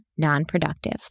non-productive